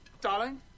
darling